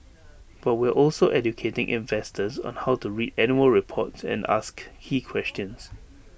but we're also educating investors on how to read annual reports and ask key questions